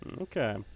Okay